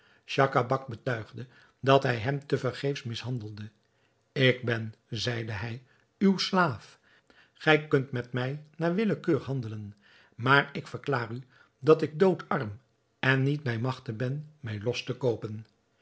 schacabac betuigde dat hij hem te vergeefs mishandelde ik ben zeide hij uw slaaf gij kunt met mij naar willekeur handelen maar ik verklaar u dat ik doodarm en niet bij magte ben mij los te koopen